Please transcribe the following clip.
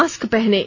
mask पहनें